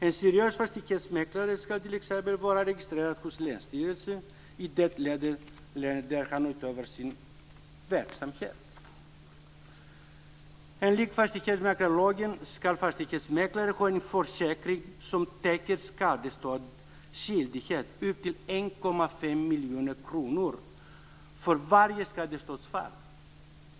En seriös fastighetsmäklare ska t.ex. vara registrerad hos länsstyrelsen i det län där han utövar sin verksamhet. Enligt fastighetsmäklarlagen ska fastighetsmäklare ha en försäkring som täcker skadeståndsskyldigheten upp till 1,5 miljoner kronor för varje skadeståndsfall.